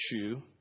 issue